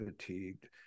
fatigued